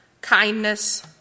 kindness